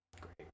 Great